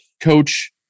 Coach